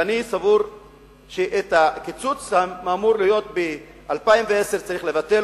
ואני סבור שאת הקיצוץ האמור להיות ב-2010 צריך לבטל.